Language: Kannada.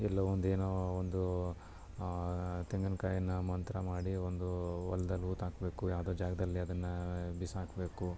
ಎಲ್ಲ ಒಂದು ಏನೋ ಒಂದು ತೆಂಗಿನಕಾಯ್ನ ಮಂತ್ರ ಮಾಡಿ ಒಂದು ಹೊಲ್ದಲ್ಲಿ ಹೂತಾಕ್ಬೇಕು ಯಾವುದೋ ಜಾಗದಲ್ಲಿ ಅದನ್ನು ಬಿಸಾಡ್ಬೇಕು